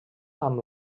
amb